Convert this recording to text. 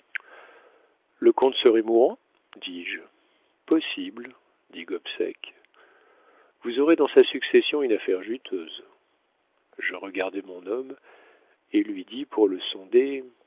le comte serait mourant dis-je possible dit gobseck vous aurez dans sa succession une affaire juteuse je regardai mon homme et lui dis pour le sonder